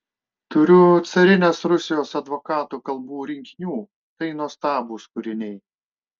turiu carinės rusijos advokatų kalbų rinkinių tai nuostabūs kūriniai